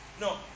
No